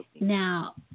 Now